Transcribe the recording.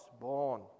born